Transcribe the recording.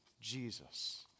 Jesus